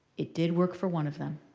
it did work for one of them.